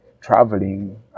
traveling